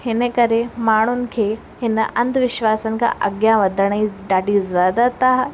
हिन करे माण्हुनि खे हिन अंधविश्वासन खां अॻियां वधण जी ॾाढी ज़रूरत आहे